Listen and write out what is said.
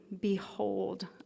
behold